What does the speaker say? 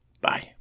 bye